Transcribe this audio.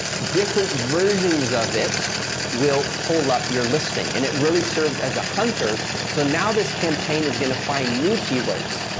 different versions of it will pull up your listing and it really serves as a hunter, so, now, this campaign is going to find new keywords.